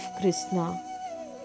Krishna